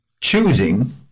choosing